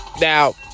Now